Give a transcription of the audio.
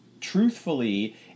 truthfully